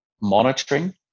Monitoring